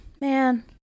man